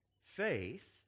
faith